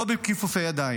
לא בכיפופי ידיים.